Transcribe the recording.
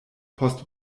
post